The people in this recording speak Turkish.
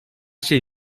şey